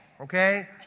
Okay